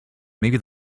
maybe